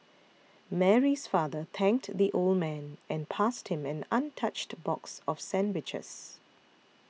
Mary's father thanked the old man and passed him an untouched box of sandwiches